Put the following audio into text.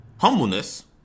humbleness